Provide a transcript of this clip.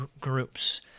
groups